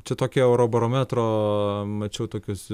čia tokia eurobarometro mačiau tokius